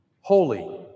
holy